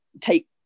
take